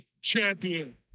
champion